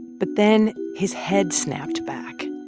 but then his head snapped back.